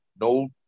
No